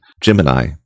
Gemini